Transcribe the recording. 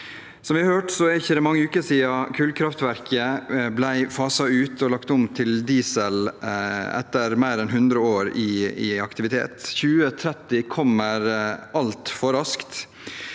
Som vi har hørt, er det ikke mange uker siden kullkraftverket ble faset ut, og det ble lagt om til diesel etter mer enn 100 års aktivitet. 2030 kommer altfor raskt,